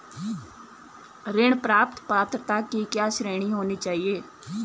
ऋण प्राप्त पात्रता की क्या श्रेणी होनी चाहिए?